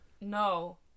No